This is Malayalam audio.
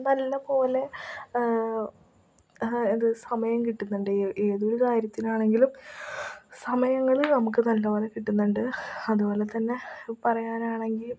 നല്ലപോലെ ഇത് സമയം കിട്ടുന്നുണ്ട് ഏതൊരു കാര്യത്തിനാണെങ്കിലും സമയങ്ങൾ നമുക്ക് നല്ലപോലെ കിട്ടുന്നുണ്ട് അതുപോലെത്തന്നെ പറയാനാണെങ്കിൽ